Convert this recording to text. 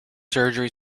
surgery